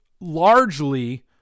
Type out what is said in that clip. largely